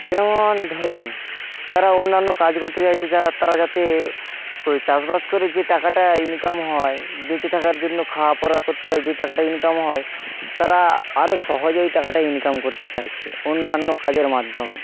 যেমন ধরুন তারা অন্যান্য কাজ করতে চাইছে যা তারা যাতে ওই চাষবাস করে যে টাকাটা ইনকাম হয় বেঁচে থাকার জন্য খাওয়া পড়া করতে হয় যে টাকাটা ইনকাম হয় তারা আরো সহজে ওই টাকাটা ইনকাম করতে চাইছে অন্যান্য কাজের মাধ্যমে